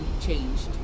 changed